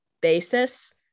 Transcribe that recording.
basis